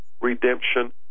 redemption